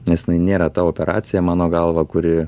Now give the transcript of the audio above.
nes nėra ta operacija mano galva kuri